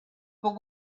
but